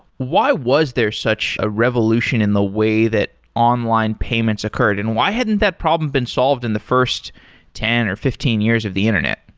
why was there such a revolution in the way that online payments occurred and why hadn't that problem been solved in the first ten or fifteen years of the internet?